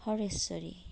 Hareshwari